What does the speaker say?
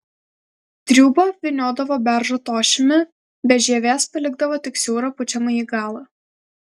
triūbą apvyniodavo beržo tošimi be žievės palikdavo tik siaurą pučiamąjį galą